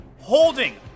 holding